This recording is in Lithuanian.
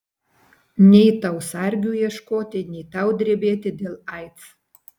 nei tau sargių ieškoti nei tau drebėti dėl aids